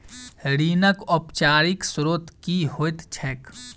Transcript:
ऋणक औपचारिक स्त्रोत की होइत छैक?